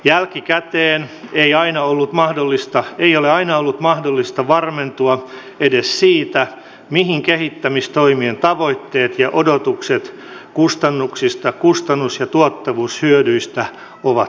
jälkikäteen ei ole aina ollut mahdollista varmentua edes siitä mihin kehittämistoimien tavoitteet ja odotukset kustannuksista ja kustannus ja tuottavuushyödyistä ovat perustuneet